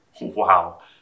wow